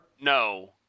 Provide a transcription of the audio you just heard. No